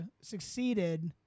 succeeded